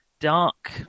Dark